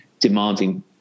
demanding